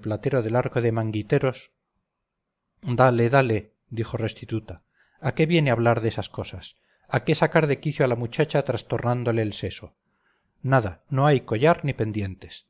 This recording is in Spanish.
platero del arco de manguiteros dale dale dijo restituta a qué viene hablar de esas cosas a qué sacar de quicio a la muchacha trastornándole el seso nada no hay collar ni pendientes